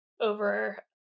over